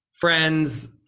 friend's